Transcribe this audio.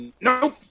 No